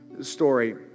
Story